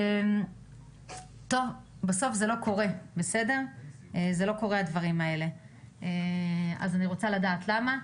בסוף זה לא קורה, ואני רוצה לדעת למה.